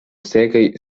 sekaj